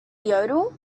yodel